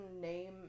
name